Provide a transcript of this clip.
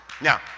now